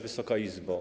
Wysoka Izbo!